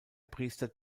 priester